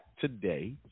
today